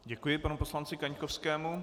Děkuji panu poslanci Kaňkovskému.